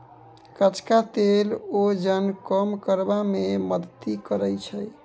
कचका तेल ओजन कम करबा मे मदति करैत छै